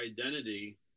identity